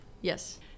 Yes